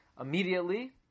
immediately